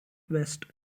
west